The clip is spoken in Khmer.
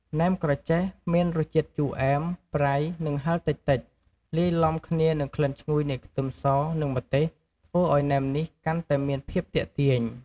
ណែមក្រចេះមានរសជាតិជូរអែម ប្រៃ និងហឹរតិចៗ លាយឡំគ្នានឹងក្លិនឈ្ងុយនៃខ្ទឹមសនិងម្ទេស ធ្វើឱ្យណែមនេះកាន់តែមានភាពទាក់ទាញ។